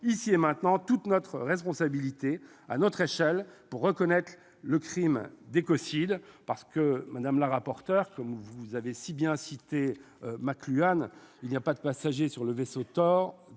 ici et maintenant, toute notre responsabilité, à notre échelle, pour reconnaître le crime d'écocide. Madame la rapporteure, à juste titre, vous avez cité McLuhan :« Il n'y a pas de passagers sur le vaisseau Terre